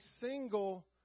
single